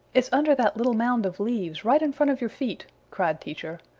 it's under that little mound of leaves right in front of your feet! cried teacher.